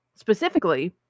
Specifically